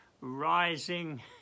rising